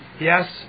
Yes